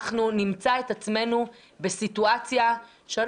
אנחנו נמצא את עצמנו בסיטואציה שבה